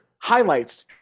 highlights